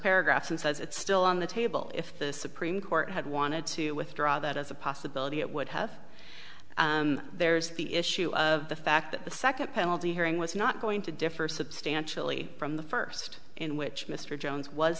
paragraphs and says it's still on the table if the supreme court had wanted to withdraw that as a possibility it would have there's the issue of the fact that the second penalty hearing was not going to differ substantially from the first in which mr jones was